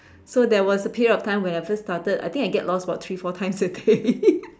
so there was a period of time when I first started I think I get lost for three four times a day